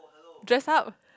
dress up